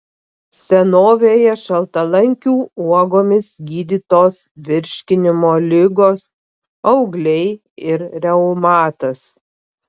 senovėje šaltalankių uogomis gydytos virškinimo ligos augliai ir reumatas